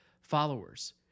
followers